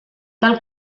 tal